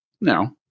No